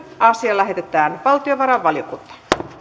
asia lähetetään valtiovarainvaliokuntaan